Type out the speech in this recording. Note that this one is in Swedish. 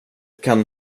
kan